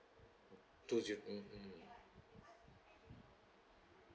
two ja~ mm mm